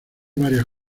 varias